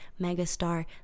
megastar